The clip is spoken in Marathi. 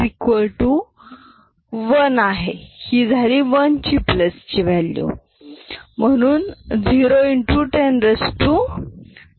मग 10¹x1 1 ही आहे 1 चा प्लेस ची व्हॅल्यू म्हणून 0x100